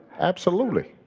absolutely.